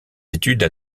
études